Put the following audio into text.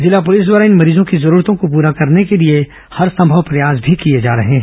जिला पुलिस द्वारा इन मरीजों की जरूरतों को पूरा करने के लिए हरंसभव प्रयास किए जा रहे हैं